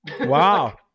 wow